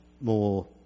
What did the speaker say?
more